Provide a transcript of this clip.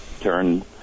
turn